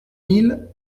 mille